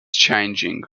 changing